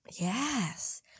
yes